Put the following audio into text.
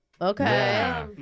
Okay